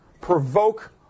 provoke